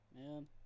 man